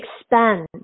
expand